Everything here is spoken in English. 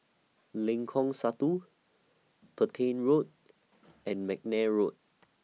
Lengkong Satu Petain Road and Mcnair Road